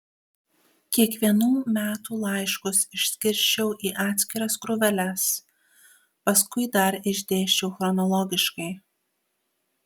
kiekvienų metų laiškus išskirsčiau į atskiras krūveles paskui dar išdėsčiau chronologiškai